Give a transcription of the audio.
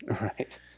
Right